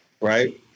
Right